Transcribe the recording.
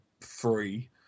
three